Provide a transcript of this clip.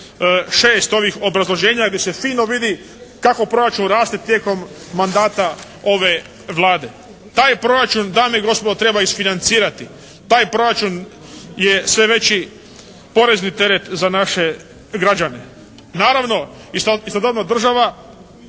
6. ovih obrazloženja, gdje se fino vidi kako proračun raste tijekom mandata ove Vlade. Taj proračun dame i gospodo treba isfinancirati, taj proračun je sve veći porezni teret za naše građane. Naravno istodobno država